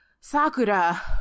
Sakura